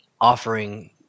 offering